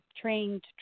trained